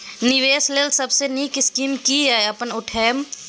निवेश लेल सबसे नींक स्कीम की या अपन उठैम?